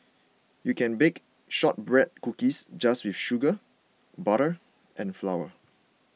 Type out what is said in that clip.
you can bake Shortbread Cookies just with sugar butter and flour